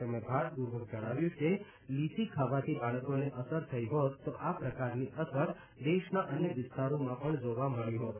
તેમણે ભારપૂર્વક જણાવ્યું હતું કે લીચી ખાવાથી બાળકોને અસર થઇ હોત તો આ પ્રકારની અસર દેશના અન્ય વિસ્તારોમાં પણ જોવા મળી હોત